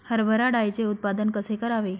हरभरा डाळीचे उत्पादन कसे करावे?